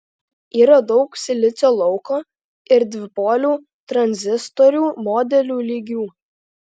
yra daug silicio lauko ir dvipolių tranzistorių modelių lygių